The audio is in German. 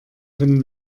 können